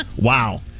Wow